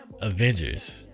Avengers